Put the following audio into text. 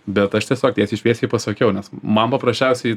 bet aš tiesiog tiesiai šviesiai pasakiau nes man paprasčiausiai